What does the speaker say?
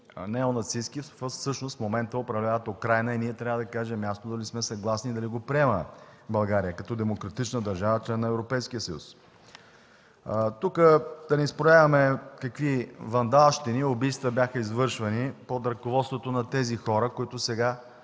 неонацистки, всъщност в момента управляват Украйна и трябва да кажем ясно дали сме съгласни и дали България го приема като демократична държава, член на Европейския съюз. Да не изброяваме какви вандалщини и убийства бяха извършвани под ръководството на тези хора, някои от